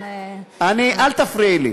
אל תפריעי לי.